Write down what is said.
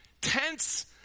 tents